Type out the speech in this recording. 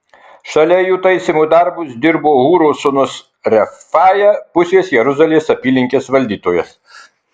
šalia jų taisymo darbus dirbo hūro sūnus refaja pusės jeruzalės apylinkės valdytojas